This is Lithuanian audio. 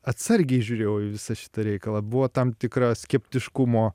atsargiai žiūrėjau į visą šitą reikalą buvo tam tikrą skeptiškumo